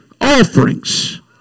Offerings